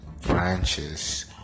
branches